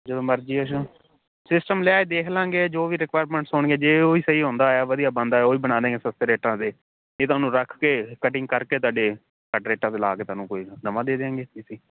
ਜਦੋਂ ਮਰਜ਼ੀ ਸਿਸਟਮ ਲੈ ਆਇਓ ਦੇਖ ਲਵਾਂਗੇ ਜੋ ਵੀ ਰਿਕੁਆਇਰਮੈਂਟਸ ਹੋਣਗੇ ਜੇ ਓਹੀ ਸਹੀ ਹੁੰਦਾ ਹੋਇਆ ਵਧੀਆ ਬਣਦਾ ਹੋਇਆ ਉਹੀ ਬਣਾ ਦਿਆਂਗੇ ਸਸਤੇ ਰੇਟਾਂ 'ਤੇ ਜੇ ਤੁਹਾਨੂੰ ਰੱਖ ਕੇ ਕਟਿੰਗ ਕਰਕੇ ਤੁਹਾਡੇ ਘੱਟ ਰੇਟਾਂ 'ਤੇ ਲਾ ਕੇ ਤੁਹਾਨੂੰ ਕੋਈ ਨਵਾਂ ਦੇ ਦਿਆਂਗੇ ਪੀਸੀ